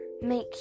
make